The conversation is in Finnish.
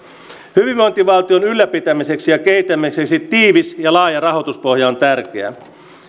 hyvinvointivaltion ylläpitämiseksi ja kehittämiseksi tiivis ja laaja rahoituspohja on tärkeä